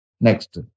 Next